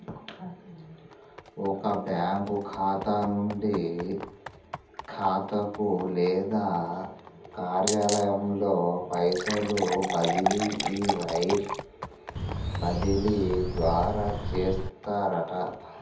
ఒక బ్యాంకు ఖాతా నుండి ఖాతాకు లేదా కార్యాలయంలో పైసలు బదిలీ ఈ వైర్ బదిలీ ద్వారా చేస్తారట